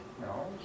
No